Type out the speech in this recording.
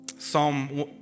Psalm